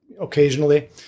occasionally